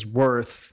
worth